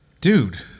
dude